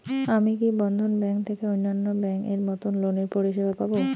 আমি কি বন্ধন ব্যাংক থেকে অন্যান্য ব্যাংক এর মতন লোনের পরিসেবা পাব?